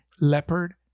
leopard